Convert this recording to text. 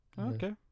okay